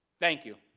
thank you.